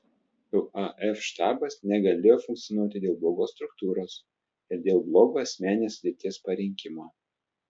laf štabas negalėjo funkcionuoti dėl blogos struktūros ir dėl blogo asmeninės sudėties parinkimo